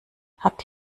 habt